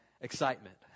excitement